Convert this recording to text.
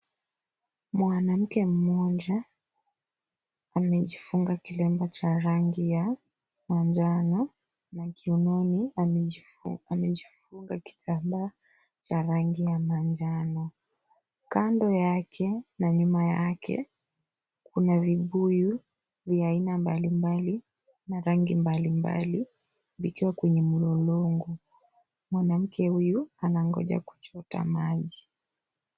Mwanamke mmoja amejifunga kilemba cha rangi ya manjano na kiunoniamejifunga kitambaa cha rangi ya manjano. Kando yake na nyuma yake kuna vibuyu vya aina mbalimbali na rangi mbalimbali vikiwa kwenye mlolongo. Mwanamke huyu anangoja kuchota maji.